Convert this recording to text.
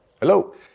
hello